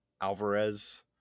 alvarez